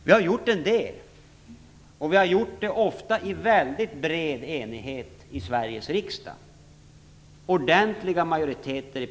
Vi har gjort en del, ofta i mycket bred enighet i Sveriges riksdag, med ordentliga majoriteter.